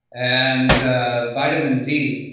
and vitamin d,